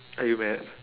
are you mad